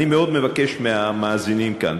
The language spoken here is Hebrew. אני מאוד מבקש מהמאזינים כאן,